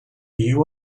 you